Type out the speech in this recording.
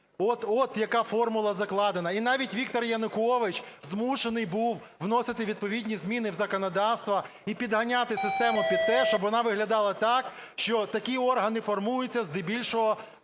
От яка формула закладена. І навіть Віктор Янукович змушений був вносити відповідні зміни в законодавство і підганяти систему під те, щоб вона виглядала так, що такі органи формуються здебільшого